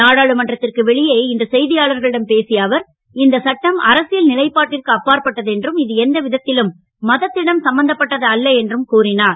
நாடாளுமன்றத்திற்கு வெளியே இன்று செய்தியாளர்களிடம் பேசிய அவர் இந்த சட்டம் அரசியல் நிலைபாட்டிற்கு அப்பாற் பட்டது என்றும் இது எந்த விதத்திலும் மதத்திடம் சம்பந்தப்பட்டது அல்ல என்றும் கூறினார்